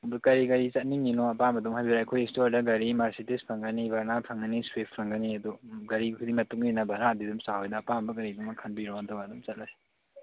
ꯑꯗꯨ ꯀꯔꯤ ꯒꯥꯔꯤ ꯆꯠꯅꯤꯡꯉꯤꯅꯣ ꯑꯄꯥꯝꯕꯗꯣ ꯍꯥꯏꯕꯤꯔꯛꯑꯣ ꯑꯩꯈꯣꯏ ꯁ꯭ꯇꯣꯔꯗ ꯒꯥꯔꯤ ꯃꯥꯔꯁꯤꯗꯤꯁ ꯐꯪꯒꯅꯤ ꯚꯔꯅꯥ ꯐꯪꯒꯅꯤ ꯁ꯭ꯋꯤꯐ ꯐꯪꯒꯅꯤ ꯑꯗꯨ ꯒꯥꯔꯤꯗꯨꯒꯤ ꯃꯇꯨꯡ ꯏꯟꯅ ꯚꯥꯔꯥꯗꯤ ꯑꯗꯨꯝ ꯆꯥꯎꯏꯗ ꯑꯄꯥꯝꯕ ꯒꯥꯔꯤꯗꯨ ꯑꯗꯨꯝ ꯈꯟꯕꯤꯔꯣ ꯑꯗꯨꯒ ꯑꯗꯨꯝ ꯆꯠꯂꯁꯤ